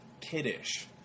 kiddish